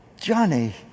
Johnny